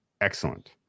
excellent